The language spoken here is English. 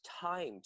time